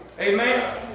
Amen